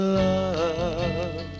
love